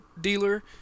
dealer